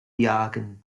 jagen